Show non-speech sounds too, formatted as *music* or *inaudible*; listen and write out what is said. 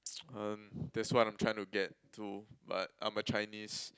*noise* um that's what I'm trying to get to but I'm a Chinese